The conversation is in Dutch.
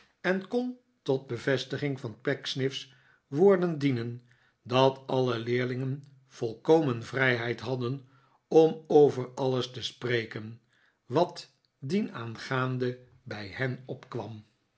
en kon tot bevestiging van pecksniff's woorden dienen dat alle leerlingen yolkomen vrijheid hadden om over alles te spreken wat dienaangaande bij hen opkwam